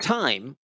time